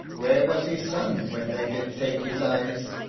where was his son when they did take his eyes?